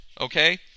Okay